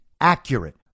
accurate